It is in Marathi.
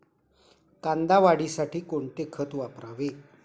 कांदा वाढीसाठी कोणते खत वापरावे?